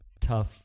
tough